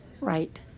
right